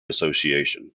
association